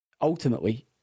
Ultimately